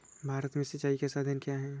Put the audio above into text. भारत में सिंचाई के साधन क्या है?